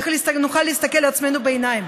איך נוכל להסתכל לעצמנו בעיניים?